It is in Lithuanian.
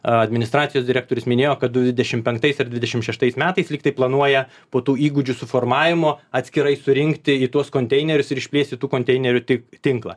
administracijos direktorius minėjo kad du dvivešimt penktais ir dvidešimt šeštais metais likti planuoja po tų įgūdžių suformavimo atskirai surinkti tuos konteinerius ir išplėsti tų konteinerių tik tinklą